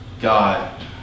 God